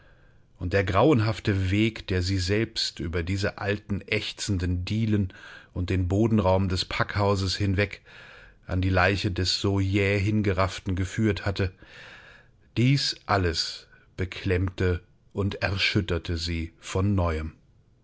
und der grauenhafte weg der sie selbst über diese alten ächzenden dielen und den bodenraum des packhauses hinweg an die leiche des so jäh hingerafften geführt hatte dies alles beklemmte und erschütterte sie von neuem